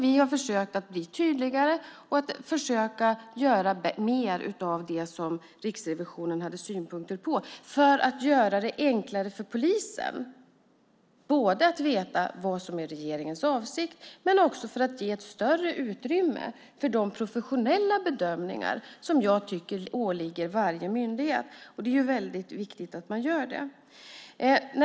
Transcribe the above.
Vi har försökt att bli tydligare och göra mer av det som Riksrevisionen hade synpunkter på för att det ska bli enklare för polisen att veta vad som är regeringens avsikt och också för att ge ett större utrymme för de professionella bedömningar som jag tycker åligger varje myndighet. Det är väldigt viktigt att man gör det.